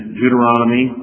Deuteronomy